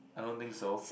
I don't think so